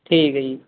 ਠੀਕ ਹੈ ਜੀ